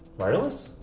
wireless?